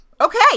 okay